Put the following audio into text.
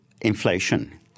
inflation